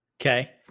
Okay